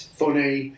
funny